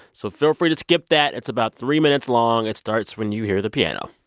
so feel free to skip that. it's about three minutes long. it starts when you hear the piano